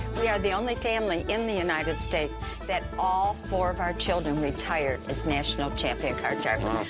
we are the only family in the united states that all four of our children retired as national champion cart drivers. wow,